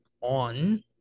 on